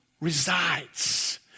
resides